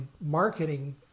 marketing